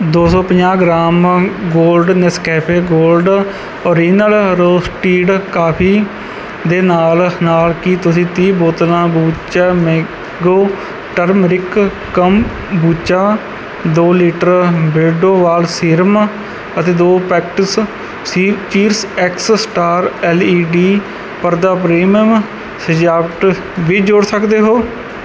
ਦੋ ਸੌ ਪੰਜਾਹ gram gold Nescafe gold original roasted coffee ਦੇ ਨਾਲ ਨਾਲ ਕੀ ਤੁਸੀਂ ਤੀਹ ਬੋਤਲਾਂ ਬੰਬੂਚਾ ਮੈਂਗੋ ਟਰਮੇਰਿਕ ਕੋਮਬੁਚਾ ਦੋ ਲੀਟਰ ਬਿਰਡੋ ਵਾਲ ਸੀਰਮ ਅਤੇ ਦੋ ਪੈਕੇਟਸ ਸ਼ੀ ਚੇਰੀਸ਼ਐਕਸ ਸਟਾਰ ਐੱਲ ਈ ਡੀ ਪਰਦਾ ਪ੍ਰੀਮੀਅਮ ਸਜਾਵਟ ਵੀ ਜੋੜ ਸਕਦੇ ਹੋ